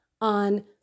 on